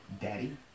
Daddy